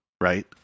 right